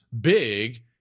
big